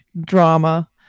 drama